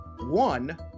one